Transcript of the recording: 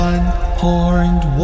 One-horned